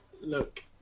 look